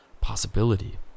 possibility